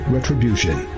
Retribution